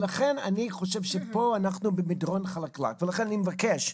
לכן אני חושב שפה אנחנו במדרון חלקלק ולכן אני מבקש,